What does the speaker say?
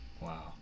Wow